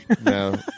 No